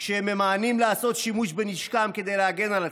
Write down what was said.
כשהם ממאנים לעשות שימוש בנשקם כדי להגן על עצמם.